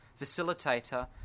facilitator